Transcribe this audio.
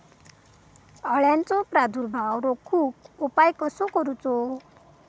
अळ्यांचो प्रादुर्भाव रोखुक उपाय कसो करूचो?